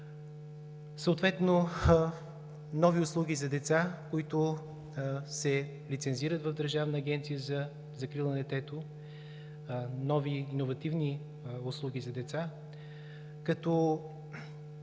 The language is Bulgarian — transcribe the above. Съответно нови услуги за деца, които се лицензират в Държавна агенция за закрила на детето, нови иновативни услуги за деца, които